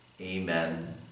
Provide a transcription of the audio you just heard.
Amen